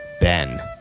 Ben